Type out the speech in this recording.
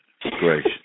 Great